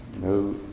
no